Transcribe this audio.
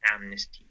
amnesty